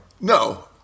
No